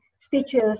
stitches